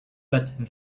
but